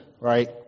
right